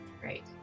Great